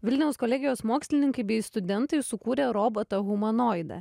vilniaus kolegijos mokslininkai bei studentai sukūrė robotą humanoidą